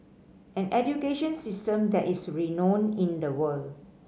an education system that is renowned in the world